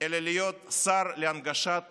אלא להיות שר להנגשת